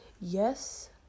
Yes